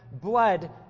blood